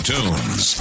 Tunes